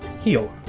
heal